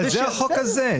אבל זה החוק הזה.